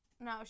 no